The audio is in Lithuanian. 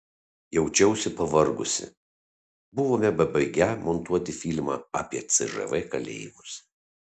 jaučiausi pavargusi buvome bebaigią montuoti filmą apie cžv kalėjimus